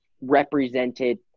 represented